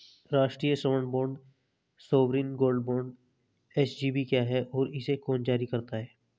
राष्ट्रिक स्वर्ण bond sovereign gold bond SGB क्या है और इसे कौन जारी करता है?